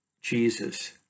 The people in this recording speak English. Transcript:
Jesus